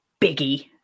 biggie